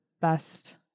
best